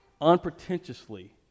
unpretentiously